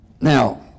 Now